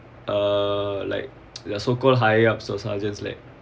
uh like your so called high up so I was just like